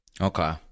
Okay